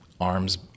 arms